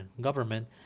government